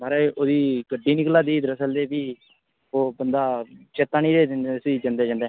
माराज ओह्दी गड्डी निकलै दी ही दरअसल ते भी ओह् बंदा चेत्ता निं रेहा उस्सी जंदे जंदे